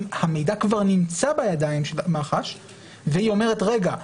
המידע כבר נמצא בידיים של מח"ש והיא אומרת: רגע,